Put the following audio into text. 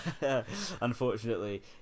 Unfortunately